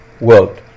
world